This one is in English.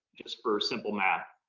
just for simple math,